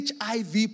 HIV